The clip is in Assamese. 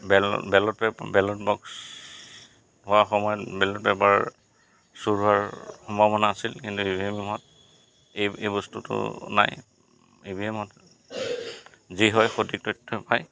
বেলড বেলড বক্স হোৱা সময়ে সময়ে বেলড পেপাৰ চুৰ হোৱাৰ সম্ভাৱনা আছিল কিন্তু ই ভি এম এম হোৱাত এই এই বস্তুটো নাই ই ভি এমত যি হয় সঠিক তথ্যই পায়